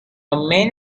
man